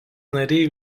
nariai